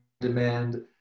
demand